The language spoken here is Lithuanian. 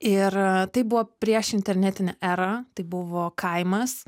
ir tai buvo prieš internetinę erą tai buvo kaimas